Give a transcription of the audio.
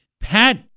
Pat